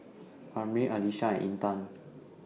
Amrin Alyssa and Intan